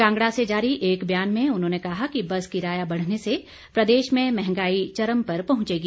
कांगड़ा से जारी एक बयान में उन्होंने कहा कि बस किराया बढ़ने से प्रदेश में मंहगाई चर्म पर पहुंचेगी